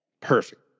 Perfect